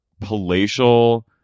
palatial